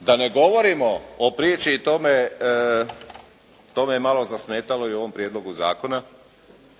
Da ne govorimo o priči i to me malo zasmetalo u ovom prijedlogu zakona.